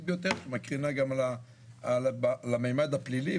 ביותר שמקרינה גם על הממד הפלילי,